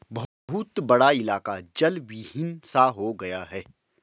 बहुत बड़ा इलाका जलविहीन सा हो गया है